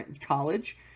College